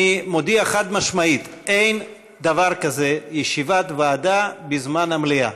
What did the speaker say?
אני מודיע חד-משמעית: אין דבר כזה ישיבת ועדה בזמן המליאה.